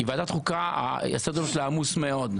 כי ועדת חוקה הסדר שלה עמוס מאוד,